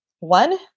One